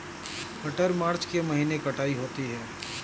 मटर मार्च के महीने कटाई होती है?